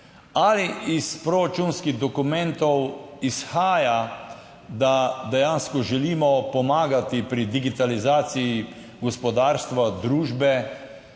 ali iz proračunskih dokumentov izhaja, da dejansko želimo pomagati pri digitalizaciji gospodarstva, družbe